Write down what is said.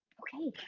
okay.